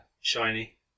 shiny